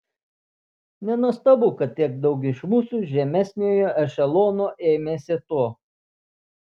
nenuostabu kad tiek daug iš mūsų žemesniojo ešelono ėmėsi to